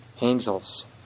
angels